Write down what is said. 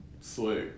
Slick